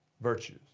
virtues